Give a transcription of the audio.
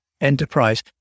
enterprise